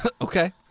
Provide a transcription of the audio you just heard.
Okay